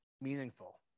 meaningful